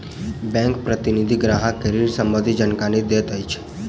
bank प्रतिनिधि ग्राहक के ऋण सम्बंधित जानकारी दैत अछि